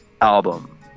album